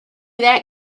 that